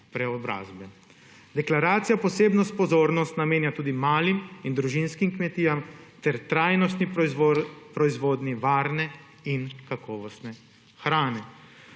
preobrazbe. Deklaracija posebno pozornost namenja tudi malim in družinskim kmetijam ter trajnostni proizvodnji varne in kakovostne hrane.